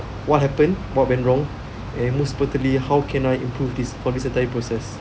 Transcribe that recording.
what happen what went wrong and most importantly how can I improve this process